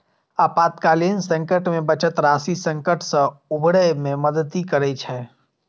आपातकालीन संकट मे बचत राशि संकट सं उबरै मे मदति करै छै